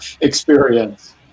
experience